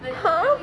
!huh!